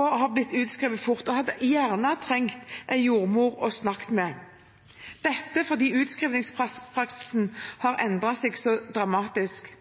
og har blitt utskrevet fort, og hadde gjerne trengt en jordmor å snakke med. Dette skjer fordi utskrivningspraksisen har endret seg så dramatisk.